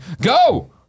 go